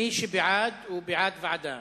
מי שבעד, הוא בעד ועדה.